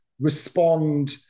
respond